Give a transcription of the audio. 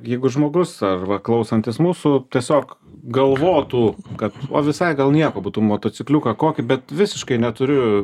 jeigu žmogus arba klausantis mūsų tiesiog galvotų kad o visai gal nieko būtų motocikliuką kokį bet visiškai neturiu